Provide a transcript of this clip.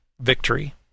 victory